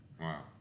Wow